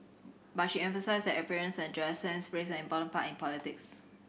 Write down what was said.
but she emphasised that appearances and dress sense played an important part in politics